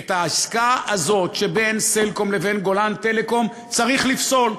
את העסקה הזאת שבין "סלקום" לבין "גולן טלקום" צריך לפסול,